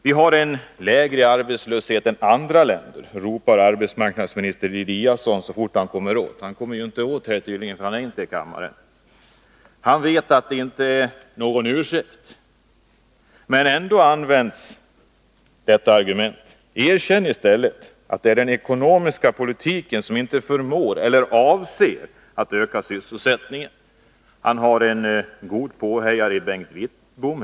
Vi har en lägre arbetslöshet än andra länder, ropar arbetsmarknadsminis ter Eliasson så fort han kommer åt. Han kommer tydligen inte åt här, för han är inte i kammaren. Han vet att det inte är någon ursäkt, men ändå används detta argument. Erkänn i stället att det är den ekonomiska politiken som inte förmår eller avser att öka sysselsättningen! Arbetsmarknadsministern har en god påhejare i Bengt Wittbom.